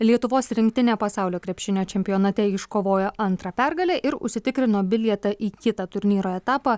lietuvos rinktinė pasaulio krepšinio čempionate iškovojo antrą pergalę ir užsitikrino bilietą į kitą turnyro etapą